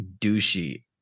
douchey